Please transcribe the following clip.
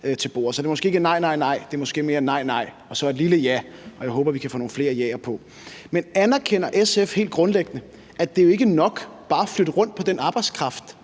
Så det er måske ikke »nej, nej, nej«; det er måske mere »nej, nej« og så et lille »ja«, og jeg håber, at vi kan få nogle flere jaer på. Men anerkender SF helt grundlæggende, at det jo ikke er nok bare at flytte rundt på den arbejdskraft,